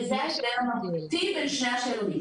וזה ההבדל המהותי בין שני השאלונים.